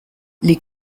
les